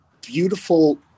beautiful